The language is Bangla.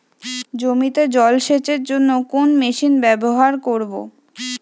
জমিতে জল সেচের জন্য কোন মেশিন ব্যবহার করব?